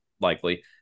likely